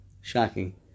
Shocking